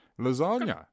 lasagna